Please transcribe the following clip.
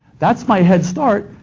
that's my head start.